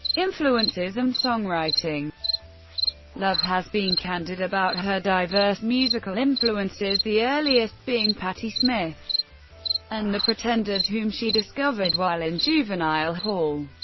influences and songwriting love has been candid about her diverse musical influences, the earliest being patti smith and the pretenders, whom she discovered while in juvenile hall.